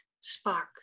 spark